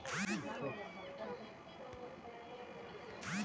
गैर लाभकारी संस्था विशव भरत शांति बनए रखवार के प्रयासरत कर छेक